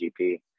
GP